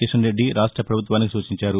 కిషన్రెడ్డి రాష్ట పభుత్వానికి సూచించారు